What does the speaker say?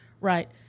right